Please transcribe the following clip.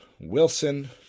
Wilson